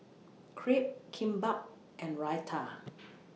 Crepe Kimbap and Raita